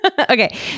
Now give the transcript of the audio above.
Okay